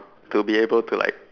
to be able to like